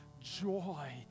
joy